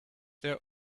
their